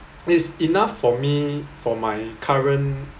is enough for me for my current